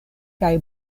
kaj